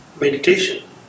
meditation